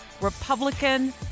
Republican